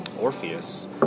Orpheus